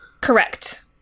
Correct